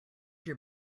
your